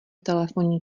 telefonní